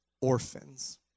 orphans